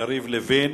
יריב לוין,